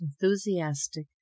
enthusiastic